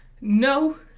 No